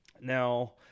Now